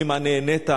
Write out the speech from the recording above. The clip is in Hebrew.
ממה נהנית?